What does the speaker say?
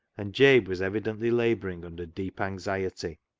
and jabe was evidently labouring under deep anxiety.